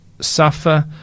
Suffer